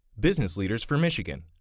business leaders for michigan.